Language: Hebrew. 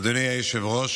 אדוני היושב-ראש,